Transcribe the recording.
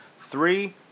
Three